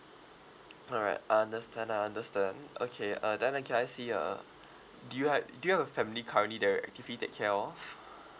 alright I understand I understand okay uh then I can I see uh do you like do you have a family currently there a kid fee take care of